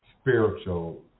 spiritual